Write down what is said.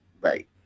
Right